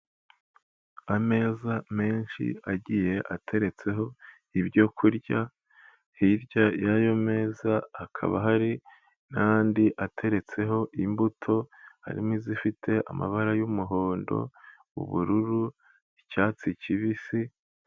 Ameza menshi agiye ateretseho ibyo kurya, hirya y'ayo meza hakaba hari n'andi ateretseho imbuto, harimo izifite amabara y'umuhondo, ubururu, icyatsi kibisi.